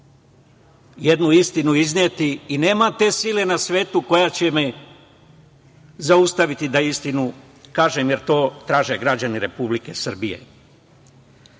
jednu istinu izneti i nema te sile na svetu koja će me zaustaviti da istinu kažem, jer to traže građani Republike